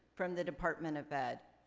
from the department of ed.